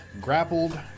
grappled